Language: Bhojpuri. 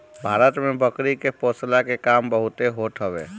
भारत में बकरी के पोषला के काम बहुते होत हवे